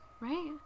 right